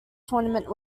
tournament